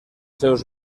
seus